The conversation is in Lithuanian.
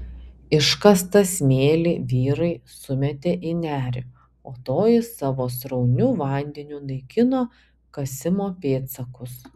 iškastą smėlį vyrai sumetė į nerį o toji savo srauniu vandeniu naikino kasimo pėdsakus